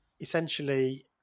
essentially